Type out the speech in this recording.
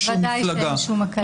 בוודאי, אין שום הקלה.